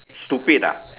stupid ah